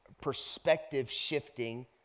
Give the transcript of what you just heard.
perspective-shifting